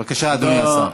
בבקשה, אדוני השר.